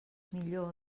millor